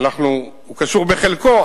הוא קשור בחלקו.